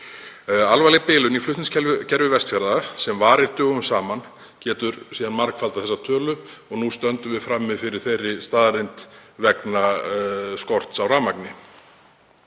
Alvarleg bilun í flutningskerfi Vestfjarða sem varir dögum saman getur síðan margfaldað þessa tölu og nú stöndum við frammi fyrir þeirri staðreynd vegna skorts á rafmagni.